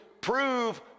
prove